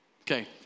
Okay